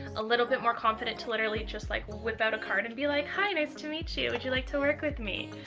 a little bit more confident to literally just like whip out a card and be like, hi nice to meet you, would you like to work with me?